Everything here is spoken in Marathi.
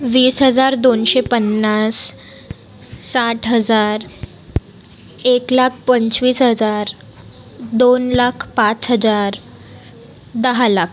वीस हजार दोनशे पन्नास साठ हजार एक लाख पंचवीस हजार दोन लाख पाच हजार दहा लाख